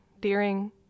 Deering